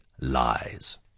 lies